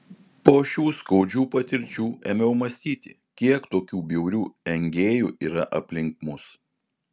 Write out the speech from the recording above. po šių skaudžių patirčių ėmiau mąstyti kiek tokių bjaurių engėjų yra aplink mus